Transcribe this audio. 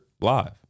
live